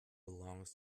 belongs